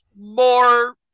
more